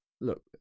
look